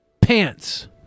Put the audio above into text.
pants